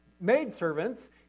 maidservants